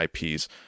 IPs